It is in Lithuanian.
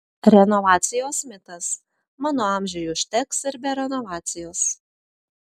renovacijos mitas mano amžiui užteks ir be renovacijos